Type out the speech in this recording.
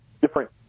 different